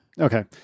Okay